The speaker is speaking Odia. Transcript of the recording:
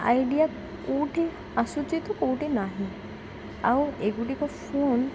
ଆଇଡ଼ିଆ କେଉଁଠି ଆସୁଛି ତ କେଉଁଠି ନାହିଁ ଆଉ ଏଗୁଡ଼ିକ ଫୋନ୍